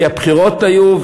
כי הבחירות היו,